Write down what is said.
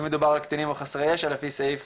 אם מדובר על קטינים או חסרי ישע לפי סעיף